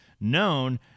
known